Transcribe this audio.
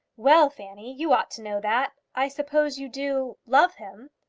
well, fanny you ought to know that. i suppose you do love him?